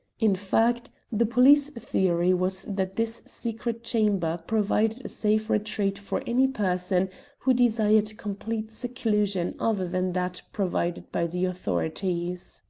in fact, the police theory was that this secret chamber provided a safe retreat for any person who desired complete seclusion other than that provided by the authorities.